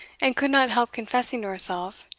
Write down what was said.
and could not help confessing to herself,